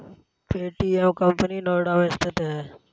Paytm company Noida में स्थित है